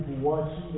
watching